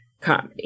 comedy